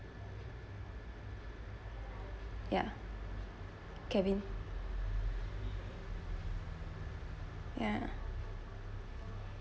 ya kevin ya